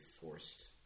forced